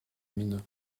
mine